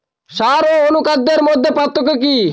সার ও অনুখাদ্যের মধ্যে পার্থক্য কি?